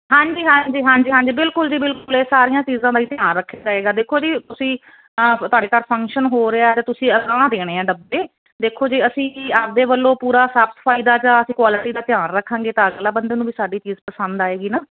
ਹਾਂਜੀ ਹਾਂਜੀ ਹਾਂਜੀ ਹਾਂਜੀ ਬਿਲਕੁਲ ਜੀ ਬਿਲਕੁਲ ਇਹ ਸਾਰੀਆਂ ਚੀਜ਼ਾਂ ਦਾ ਈ ਧਿਆਨ ਰੱਖਿਆ ਜਾਏਗਾ ਦੇਖੋ ਜੀ ਤੁਸੀਂ ਤੁਹਾਡੇ ਘਰ ਫੰਕਸ਼ਨ ਹੋ ਰਿਹਾ ਤੇ ਤੁਸੀਂ ਅਗਾਹਾਂ ਦੇਣੇ ਆ ਡੱਬੇ ਦੇਖੋ ਜੇ ਅਸੀਂ ਆਪਦੇ ਵੱਲੋਂ ਪੂਰਾ ਸਾਫ ਸਫਾਈ ਦਾ ਜਾਂ ਅਸੀਂ ਕੁਆਲਿਟੀ ਦਾ ਧਿਆਨ ਰੱਖਾਂਗੇ ਤਾਂ ਅਗਲਾ ਬੰਦੇ ਨੂੰ ਵੀ ਸਾਡੀ ਪਸੰਦ ਆਏਗੀ ਨਾ